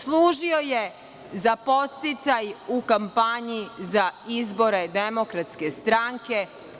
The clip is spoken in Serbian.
Služio je za podsticaj u kampanji za izbore demokratske stranke.